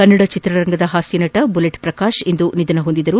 ಕನ್ನಡ ಚಿತ್ರರಂಗದ ಹಾಸ್ಲನಟ ಬುಲೆಟ್ ಶ್ರಕಾಶ್ ಇಂದು ನಿಧನ ಹೊಂದಿದರು